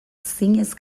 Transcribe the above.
zinez